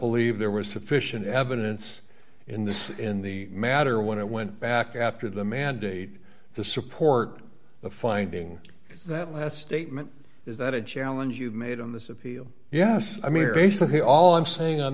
there was sufficient evidence in this in the matter when it went back after the mandate to support the finding that last statement is that a challenge you made on this appeal yes i mean basically all i'm saying on